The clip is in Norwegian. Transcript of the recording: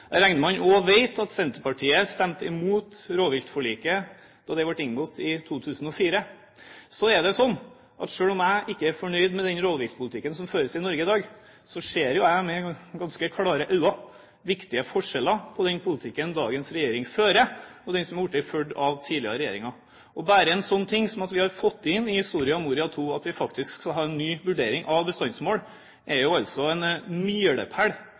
regner med at man også vet at Senterpartiet stemte imot rovviltforliket da det ble inngått i 2004. Selv om jeg ikke er fornøyd med den rovviltpolitikken som føres i Norge i dag, ser jo jeg med ganske klare øyne viktige forskjeller på den politikken dagens regjering fører, og den som har blitt ført av tidligere regjeringer. Bare en sånn ting som at vi har fått inn i Soria Moria II at vi faktisk skal ha en ny vurdering av bestandsmål, er jo altså en milepæl